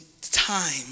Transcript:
time